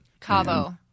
Cabo